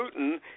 Putin